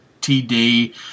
TD